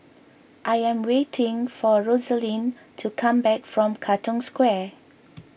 I am waiting for Rosaline to come back from Katong Square